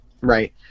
Right